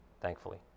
thankfully